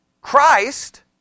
Christ